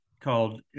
called